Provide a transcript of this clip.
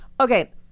Okay